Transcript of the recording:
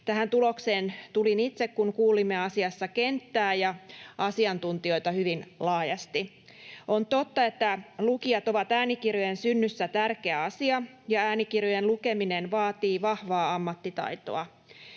Tähän tulokseen tulin itse, kun kuulimme asiassa kenttää ja asiantuntijoita hyvin laajasti. On totta, että lukijat ovat äänikirjojen synnyssä tärkeä asia ja äänikirjojen lukeminen vaatii vahvaa ammattitaitoa.